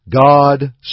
God